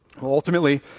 Ultimately